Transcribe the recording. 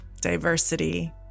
Diversity